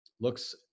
looks